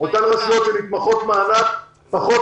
אותן רשויות שהן נתמכות מענק פחות